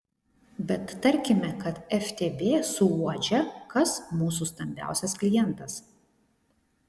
bet tarkime kad ftb suuodžia kas mūsų stambiausias klientas